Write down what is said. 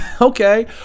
Okay